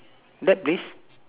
that place